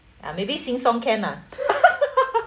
ah maybe sing song can ah